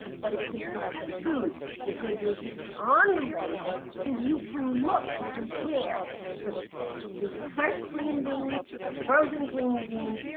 but it's in processed foods. the good news this is on the label, so you can look and compare the the fresh green beans, the frozen green beans,